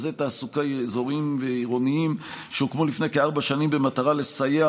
מרכזי תעסוקה אזוריים ועירוניים שהוקמו לפני כארבע שנים במטרה לסייע